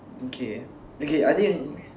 okay okay are they